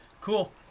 Cool